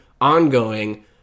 ongoing